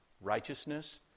righteousness